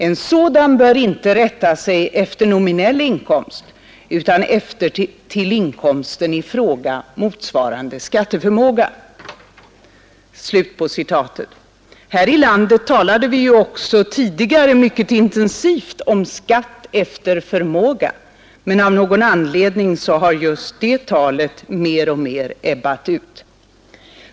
En sådan bör inte rätta sig efter nominell inkomst utan efter till inkomsten i fråga motsvarande skatteförmåga.” Även här i landet talade vi tidigare mycket intensivt om skatt efter förmåga, men av någon anledning har just det talet mer och mer ebbat ut.